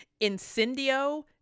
Incendio